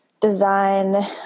design